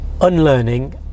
unlearning